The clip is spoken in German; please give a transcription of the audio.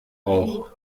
auch